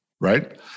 Right